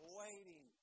waiting